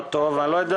אני לא יודע